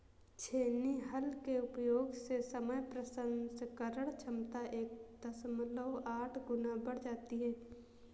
छेनी हल के उपयोग से समय प्रसंस्करण क्षमता एक दशमलव आठ गुना बढ़ जाती है